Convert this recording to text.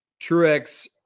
Truex